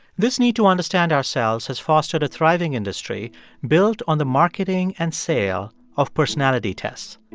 this need to understand ourselves has fostered a thriving industry built on the marketing and sale of personality tests.